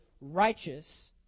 righteous